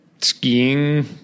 skiing